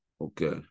Okay